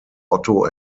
otto